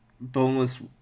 boneless